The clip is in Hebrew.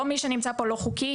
לא מי שנמצא כאן לא חוקי.